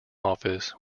office